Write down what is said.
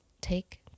take